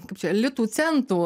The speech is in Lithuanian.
kaip čia litų centų